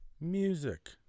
music